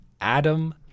Adam